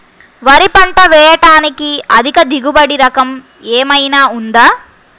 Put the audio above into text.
వరి పంట వేయటానికి అధిక దిగుబడి రకం ఏమయినా ఉందా?